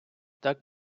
так